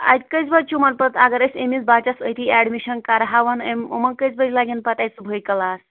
اَتہِ کٔژِ بجہِ چھُ یِمن پتہٕ اگر أسۍ أمِس بچس أتی ایڈمِشن کرہاون یِمن کٔژِ بجہِ لگن پتہٕ اَتہِ صُبحٲے کٕلاس